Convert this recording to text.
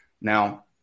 now